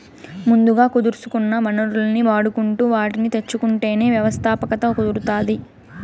ముందుగా కుదుర్సుకున్న వనరుల్ని వాడుకుంటు వాటిని తెచ్చుకుంటేనే వ్యవస్థాపకత కుదురుతాది